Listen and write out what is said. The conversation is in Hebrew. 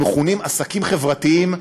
הם מכונים עסקים חברתיים,